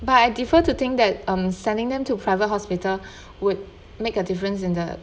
but I defer to think that um sending them to private hospital would make a difference in the